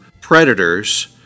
Predators